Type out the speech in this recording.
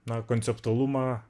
na konceptualumą